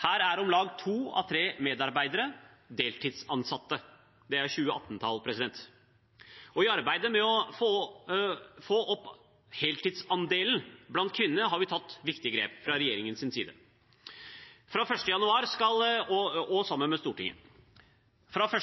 Her er om lag to av tre medarbeidere deltidsansatte – dette er 2018-tall. I arbeidet med å få opp heltidsandelen blant kvinner har vi fra regjeringens side tatt viktige grep sammen med Stortinget. Fra 1.